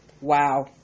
Wow